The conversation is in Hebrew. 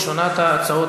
ראשונת ההצעות,